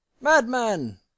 madman